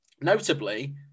notably